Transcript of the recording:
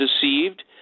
deceived